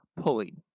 pulling